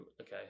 okay